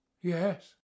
Yes